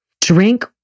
Drink